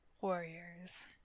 warriors